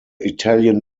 italian